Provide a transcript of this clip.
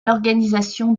l’organisation